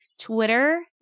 Twitter